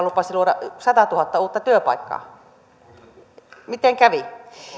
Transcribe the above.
lupasi luoda satatuhatta uutta työpaikkaa miten kävi